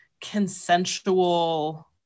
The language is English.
consensual